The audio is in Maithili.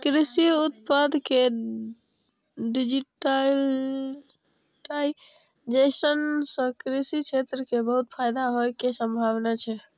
कृषि उत्पाद के डिजिटाइजेशन सं कृषि क्षेत्र कें बहुत फायदा होइ के संभावना छै